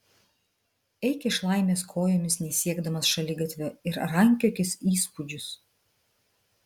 eik iš laimės kojomis nesiekdamas šaligatvio ir rankiokis įspūdžius